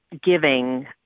giving